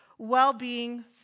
Well-being